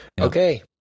okay